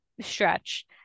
stretch